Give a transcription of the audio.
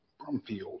Brumfield